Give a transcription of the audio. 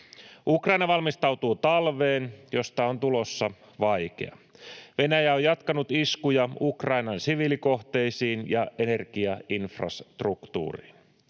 Ukraina valmistautuu talveen, josta on tulossa vaikea. Venäjä on jatkanut iskuja Ukrainan siviilikohteisiin ja energiainfrastruktuuriin.